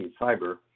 Cyber